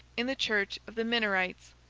in the church of the minorites.